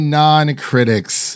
non-critics